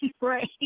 right